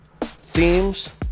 themes